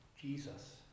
jesus